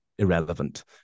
Irrelevant